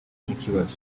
nk’ikibazo